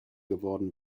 geworden